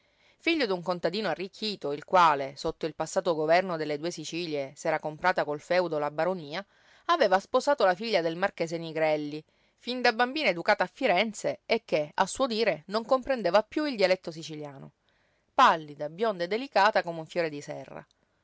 giovanile figlio d'un contadino arricchito il quale sotto il passato governo delle due sicilie s'era comprata col feudo la baronía aveva sposato la figlia del marchese nigrelli fin da bambina educata a firenze e che a suo dire non comprendeva piú il dialetto siciliano pallida bionda e delicata come un fiore di serra